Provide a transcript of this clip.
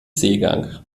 seegang